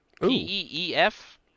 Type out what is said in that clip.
P-E-E-F